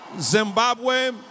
Zimbabwe